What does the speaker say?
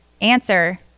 answer